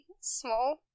small